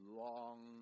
long